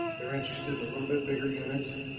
they're interested in a little bit bigger units.